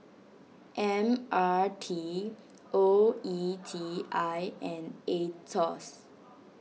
M R T O E T I and A Etos